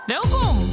Welkom